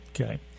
Okay